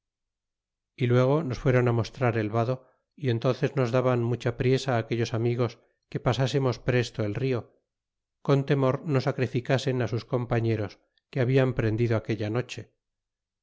y luego nos fueron mostrar el vado y entonces nos daban mucha priesa aquellos amigos que pasasemos presto el rio con temor no sacrificasen sus compañeros que hablan prendido aquella noche